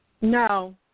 No